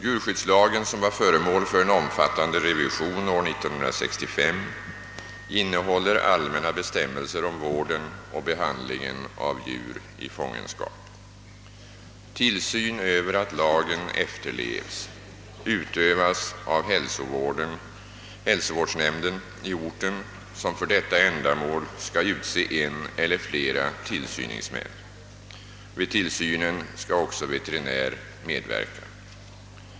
Djurskyddslagen, som var föremål för en omfattande revision år 1965, innehåller allmänna bestämmelser om vården och behandlingen av djur i fångenskap. Tillsyn över att lagen efterlevs utövas av hälsovårdsnämnden i orten, som för detta ändamål skall utse en eller flera tillsyningsmän. Vid tillsynen skall också veterinär medverka.